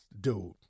dude